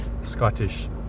Scottish